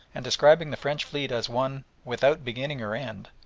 and describing the french fleet as one without beginning or end,